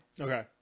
Okay